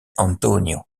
antonio